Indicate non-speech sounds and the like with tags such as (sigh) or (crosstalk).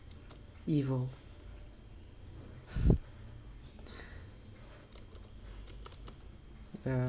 evil (laughs) uh